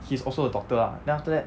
he's also a doctor lah then after that